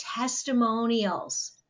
testimonials